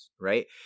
right